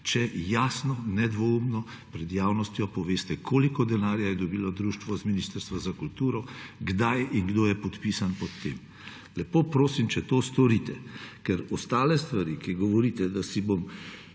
če jasno nedvoumno pred javnostjo poveste, koliko denarja je dobilo društvo z Ministrstva za kulturo, kdaj in kdo je podpisan pod tem. Lepo prosim, če to storite. Ker ostale stvari, ko govorite, da bom